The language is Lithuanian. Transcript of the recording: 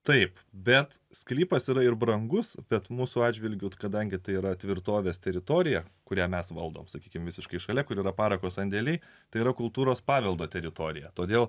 taip bet sklypas yra ir brangus bet mūsų atžvilgiu kadangi tai yra tvirtovės teritorija kurią mes valdom sakykime visiškai šalia kur yra parako sandėliai tai yra kultūros paveldo teritorija todėl